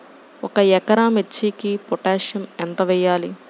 ఒక ఎకరా మిర్చీకి పొటాషియం ఎంత వెయ్యాలి?